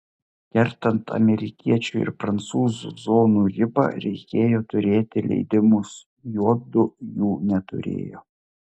kertant amerikiečių ir prancūzų zonų ribą reikėjo turėti leidimus juodu jų neturėjo